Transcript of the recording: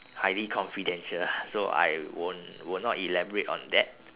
highly confidential lah so I won't will not elaborate on that